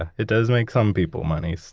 ah it does make some people money.